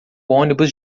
ônibus